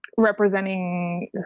representing